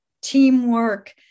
teamwork